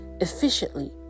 efficiently